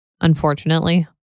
unfortunately